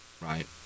right